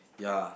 ya